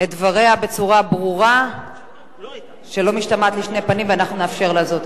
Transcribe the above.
את דבריה בצורה ברורה שלא משתמעת לשתי פנים ואנחנו נאפשר לה זאת.